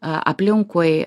a aplinkui